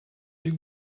duc